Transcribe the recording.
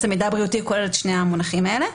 מידע בריאותי כולל את שני המונחים האלה.